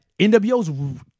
NWO's